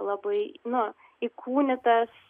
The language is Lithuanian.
labai nu įkūnytas